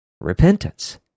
Repentance